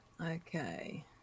Okay